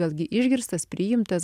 vėlgi išgirstas priimtas